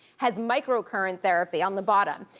has micro-current therapy on the bottom.